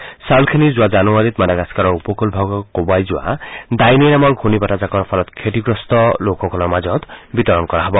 এই চাউলখিনি যোৱা জানুৱাৰীত মাডাগাস্কাৰৰ উপকূল ভাগক কোবাই যোৱা ডাইনে নামৰ ঘূৰ্নি বতাহজাকৰ ফলত ক্ষতিগ্ৰস্ত হোৱা লোকসকলৰ মাজত বিতৰণ কৰা হ'ব